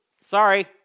Sorry